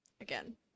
again